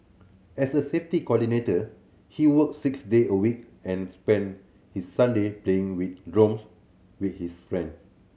as a safety coordinator he work six day a week and spend his Sunday playing with drones with his friends